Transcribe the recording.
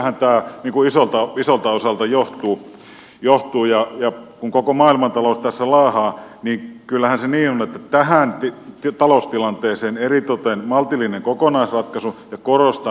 siitähän tämä isolta osalta johtuu ja kun koko maailmantalous tässä laahaa niin kyllähän se niin on että tähän taloustilanteeseen eritoten sopii maltillinen kokonaisratkaisu ja korostan